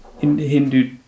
Hindu